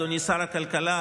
אדוני שר הכלכלה,